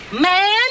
man